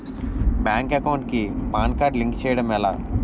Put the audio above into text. Bank account కి PAN card link చేయడం ఎలా?